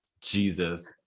jesus